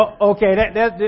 Okay